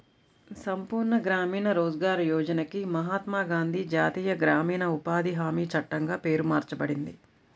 సంపూర్ణ గ్రామీణ రోజ్గార్ యోజనకి మహాత్మా గాంధీ జాతీయ గ్రామీణ ఉపాధి హామీ చట్టంగా పేరు మార్చబడింది